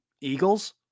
Eagles